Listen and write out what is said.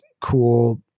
cool